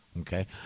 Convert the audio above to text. okay